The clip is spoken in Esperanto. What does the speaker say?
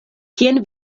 kien